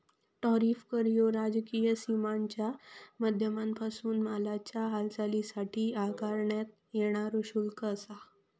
tariff कर ह्यो राजकीय सीमांच्या माध्यमांपासून मालाच्या हालचालीसाठी आकारण्यात येणारा शुल्क आसा